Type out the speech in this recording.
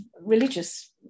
religious